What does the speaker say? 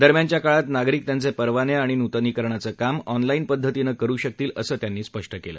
दरम्यानच्या काळात नागरिक त्यांचे परवाने आणि नुतनीकरणाचं काम ऑनलाईन पद्धतीनं करु शकतील असं त्यांनी यावेळी स्पष्ट केलं